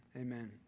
amen